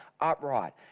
upright